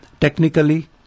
technically